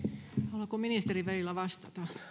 haluaako ministeri välillä vastata